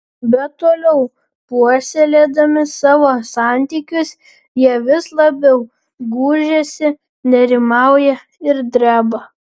bet toliau puoselėdami savo santykius jie vis labiau gūžiasi nerimauja ir dreba